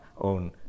own